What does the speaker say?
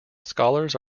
scholars